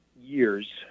years